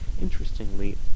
Interestingly